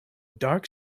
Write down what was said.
dark